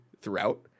throughout